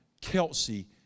Kelsey